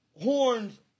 horns